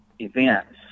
events